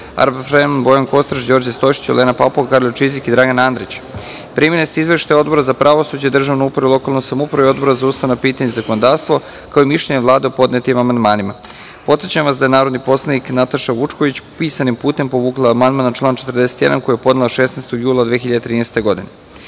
Arpad Fremond, Bojan Kostreš, Đorđe Stojšić, Olena Papuga, Karolj Čizik i Dragan Antić. Primili ste izveštaje Odbora za pravosuđe, državnu upravu i lokalnu samoupravu i Odbora za ustavna pitanja i zakonodavstvo, kao i mišljenje Vlade o podnetim amandmanima. Podsećam vas da je narodni poslanik Nataša Vučković, pisanim putem, povukla amandman na član 41. koji je podnela 16. jula 2013. godine. Pošto